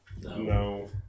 No